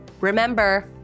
remember